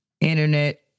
internet